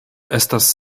estas